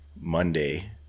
Monday